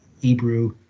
Hebrew